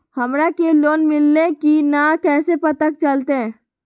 हमरा के लोन मिल्ले की न कैसे पता चलते?